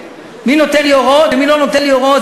מי נותן לי הוראות ומי לא נותן לי הוראות,